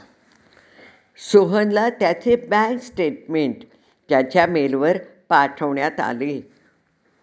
सोहनला त्याचे bank statement त्याच्या मेलवर पाठवण्यात आले